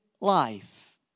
life